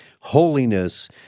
holiness